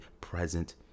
present